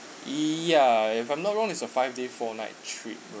yeah if I'm not wrong is a five day four night trip